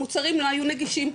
המוצרים לא היו נגישים,